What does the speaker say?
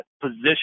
position